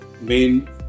main